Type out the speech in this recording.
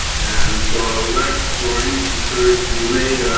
and so i would like for any considered delayed,